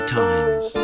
times